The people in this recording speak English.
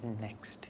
next